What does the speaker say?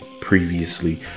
previously